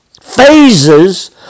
phases